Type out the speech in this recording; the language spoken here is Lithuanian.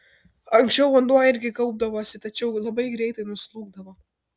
anksčiau vanduo irgi kaupdavosi tačiau labai greitai nuslūgdavo